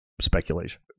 Speculation